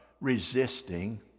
resisting